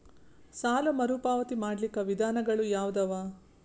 ಸಾಲ ಮರುಪಾವತಿ ಮಾಡ್ಲಿಕ್ಕ ವಿಧಾನಗಳು ಯಾವದವಾ?